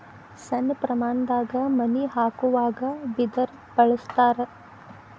ಸಣ್ಣ ಪ್ರಮಾಣದಾಗ ಮನಿ ಹಾಕುವಾಗ ಬಿದರ ಬಳಸ್ತಾರ